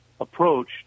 approach